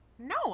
No